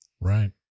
right